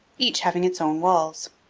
each having its own walls.